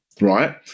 right